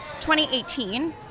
2018